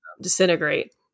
disintegrate